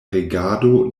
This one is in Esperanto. regado